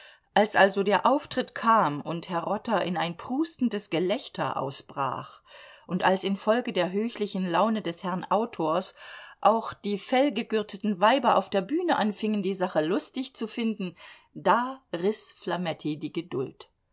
als also der auftritt kam und herr rotter in ein prustendes gelächter ausbrach und als infolge der höchlichen laune des herrn autors auch die fellgegürteten weiber auf der bühne anfingen die sache lustig zu finden da riß flametti die geduld